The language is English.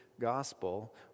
gospel